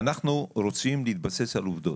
אנחנו רוצים להתבסס על עובדות.